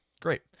Great